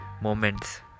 moments